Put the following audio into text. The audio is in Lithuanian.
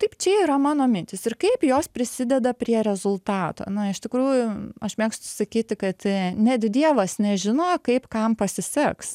taip čia yra mano mintys ir kaip jos prisideda prie rezultato na iš tikrųjų aš mėgstu sakyti kad net dievas nežino kaip kam pasiseks